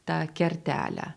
tą kertelę